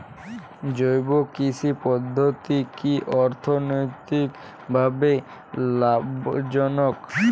জৈব কৃষি পদ্ধতি কি অর্থনৈতিকভাবে লাভজনক?